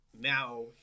now